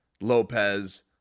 Lopez